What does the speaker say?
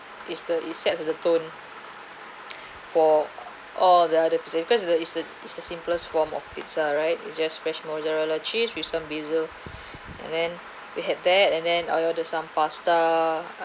is the it sets the tone for all the other pizza because the is the is the simplest form of pizza right it's just fresh mozzarella cheese with some basil and then we had that and I ordered some pasta